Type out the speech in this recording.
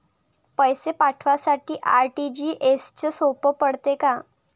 पैसे पाठवासाठी आर.टी.जी.एसचं सोप पडते का?